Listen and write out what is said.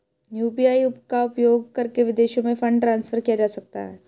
UPI का उपयोग करके विदेशों में फंड ट्रांसफर किया जा सकता है?